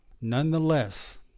Nonetheless